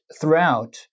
throughout